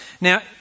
Now